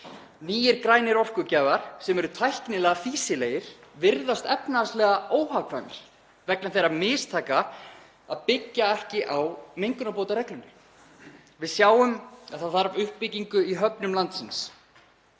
Nýir grænir orkugjafar sem eru tæknilega fýsilegir virðast efnahagslega óhagkvæmir vegna þeirra mistaka að byggja ekki á mengunarbótareglunni. Við sjáum að það þarf uppbyggingu í höfnum landsins